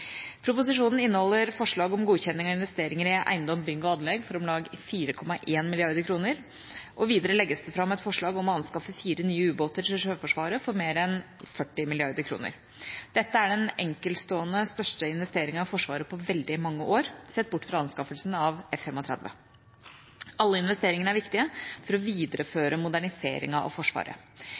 Proposisjonen inneholder forslag om godkjenning av investeringer i eiendom, bygg og anlegg for om lag 4,1 mrd. kr, og videre legges det fram et forslag om å anskaffe fire nye ubåter til Sjøforsvaret for mer enn 40 mrd. kr. Dette er den enkeltstående største investeringen i Forsvaret på veldig mange år, sett bort fra anskaffelsen av F-35. Alle investeringene er viktige for å videreføre moderniseringen av Forsvaret.